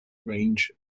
range